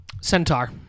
centaur